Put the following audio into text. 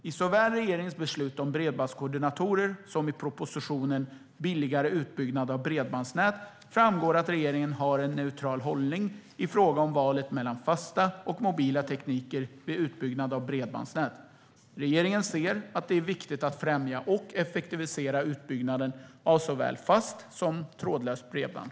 I såväl regeringens beslut om bredbandskoordinatorer som propositionen Billigare utbyggnad av bredbandsnät framgår att regeringen har en neutral hållning i fråga om valet mellan fasta och mobila tekniker vid utbyggnad av bredbandsnät. Regeringen ser att det är viktigt att främja och effektivisera utbyggnaden av såväl fast som trådlöst bredband.